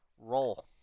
Roll